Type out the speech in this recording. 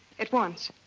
at once.